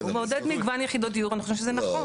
הוא מעודד מגוון יחידות דיור, אני חושבת שזה נכון.